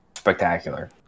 spectacular